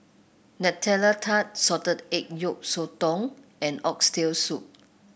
Nutella Tart Salted Egg Yolk Sotong and Oxtail Soup